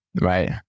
right